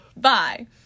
Bye